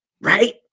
right